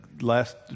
last